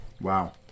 Wow